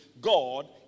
God